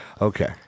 Okay